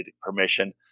permission